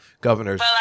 Governors